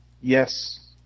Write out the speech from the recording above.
Yes